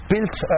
built